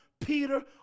Peter